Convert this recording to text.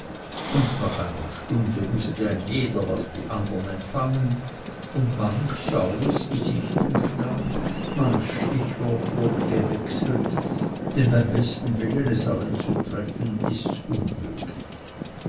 und nach einer stunde wußte ein jeder was die andern empfangen und manch saures gesicht entstand manch stichwort wurde gewechselt denn beim besten willen es allen zu treffen ist's unmöglich